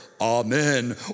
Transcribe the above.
Amen